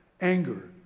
anger